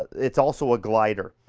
it's also a glider,